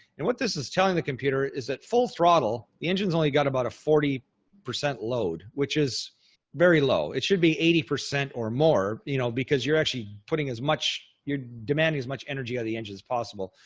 and what this is telling the computer is at full throttle, the engine's only got about a forty percent load, which is very low. it should be eighty percent or more, you know, because you're actually putting as much, you're demanding as much energy of the engine as possible.